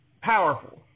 powerful